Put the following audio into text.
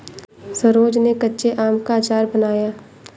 सरोज ने कच्चे आम का अचार बनाया